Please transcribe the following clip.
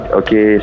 okay